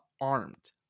armed